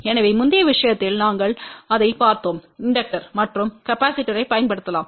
எனவே முந்தைய விஷயத்தில் நாங்கள் அதைப் பார்த்தோம் இண்டக்டர் மற்றும் கெபாசிடர்யைப் பயன்படுத்தலாம்